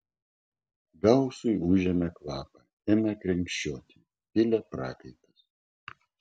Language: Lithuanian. gausui užėmė kvapą ėmė krenkščioti pylė prakaitas